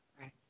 Right